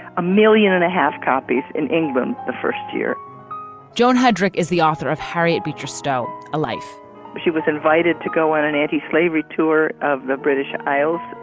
a million and a half copies. in england the first year john headrick is the author of harriet beecher stowe a life she was invited to go on an anti slavery tour of the british isles.